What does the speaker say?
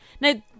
Now